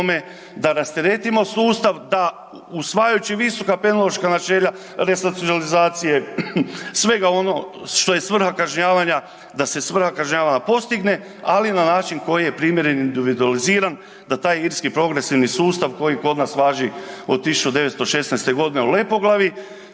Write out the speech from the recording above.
da rasteretimo sustav, da usvajajući visoka .../Govornik se ne razumije./... resocijalizacije, svega onoga što je svrha kažnjavanja da se svrha kažnjavanja postigne, ali na način koji je primjeren i individualiziran, da taj irski progresivni sustav koji kod nas važi od 1916. g. u Lepoglavi,